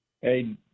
Hey